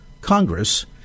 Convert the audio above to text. Congress